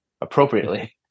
appropriately